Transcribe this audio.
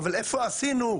אז איפה עשינו?